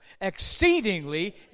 Exceedingly